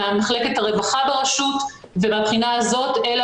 ממחלקת הרווחה ברשות ומהבחינה הזאת אלה